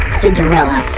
cinderella